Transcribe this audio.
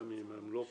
גם אם הם לא פה,